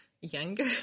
younger